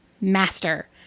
master